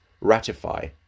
ratify